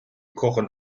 kochen